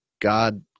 God